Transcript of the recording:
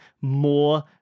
more